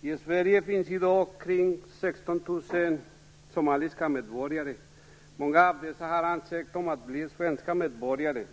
I Sverige finns det i dag omkring 16 000 somaliska medborgare. Många av dessa har ansökt om att få bli svenska medborgare.